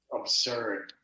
absurd